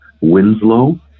Winslow